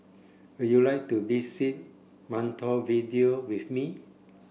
would you like to visit Montevideo with me